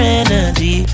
energy